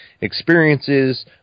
experiences